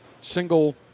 single